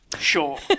Sure